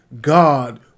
God